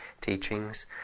teachings